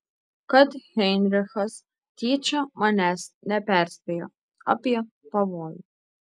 kad heinrichas tyčia manęs neperspėjo apie pavojų